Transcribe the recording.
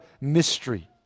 mystery